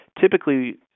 Typically